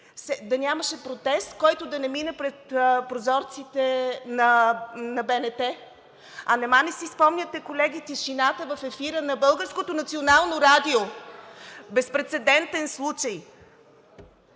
да нямаше протест, който да не мина пред прозорците на БНТ? А нима не си спомняте, колеги, тишината в ефира на Българското